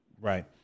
Right